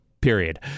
period